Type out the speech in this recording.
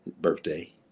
birthday